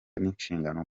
n’inshingano